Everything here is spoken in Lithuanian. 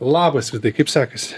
labas vidai kaip sekasi